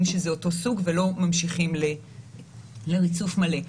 שזה אותו סוג ולא ממשיכים לריצוף מלא.